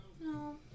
No